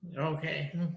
Okay